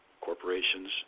Corporations